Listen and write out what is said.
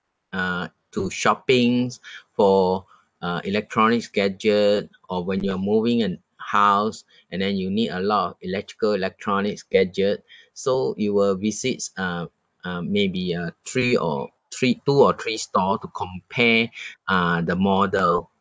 uh to shoppings for uh electronics gadget or when you are moving in house and then you need a lot of electrical electronics gadget so you will visits uh uh maybe uh three or three two or three store to compare uh the model